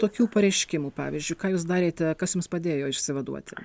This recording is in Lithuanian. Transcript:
tokių pareiškimų pavyzdžiui ką jūs darėte kas jums padėjo išsivaduoti